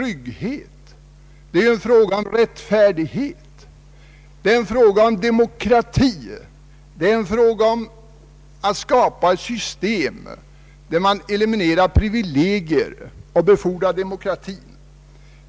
Det är fråga om trygghet, rättfärdighet och demokrati. Det är fråga om att skapa ett system där man eliminerar privilegier och befordrar demokratin.